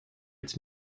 its